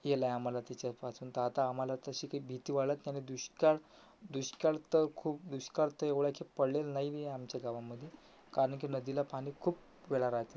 याला आम्हाला त्याच्यापासून तर आता आम्हाला तशी काही भीती वाटत नाही नि दुष्काळ दुष्काळ तर खूप दुष्काळ तर एवढ्या याच्यात पडलेला नाही आमच्या गावामध्ये कारण की नदीला पाणी खूप वेळा राहते साहेब